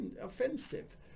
offensive